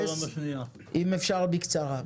אם אפשר בקצרה,